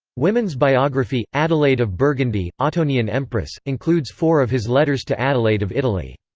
women's biography adelaide of burgundy, ottonian empress, includes four of his letters to adelaide of italy.